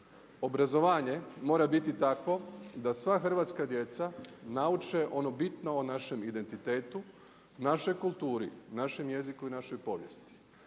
obrazovanje mora biti takvo da sva hrvatska djeca nauče ono bitno o našem identitetu, našoj kulturi, našem jeziku i našoj povijesti,